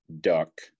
duck